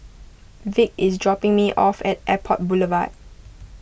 Vick is dropping me off at Airport Boulevard